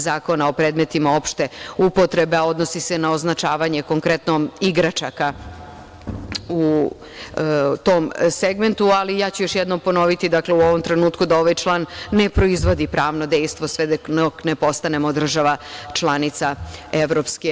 Zakona o predmetima opšte upotrebe, a odnosi se na označavanje konkretno igračaka u tom segmentu, ali ja ću još jednom ponoviti, dakle u ovom trenutku, da ovaj član ne proizvodi pravno dejstvo sve dok ne postanemo država članica EU.